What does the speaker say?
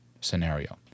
scenario